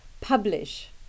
publish